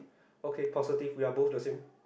okay positive we are both the same